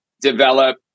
develop